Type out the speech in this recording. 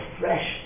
fresh